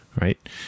right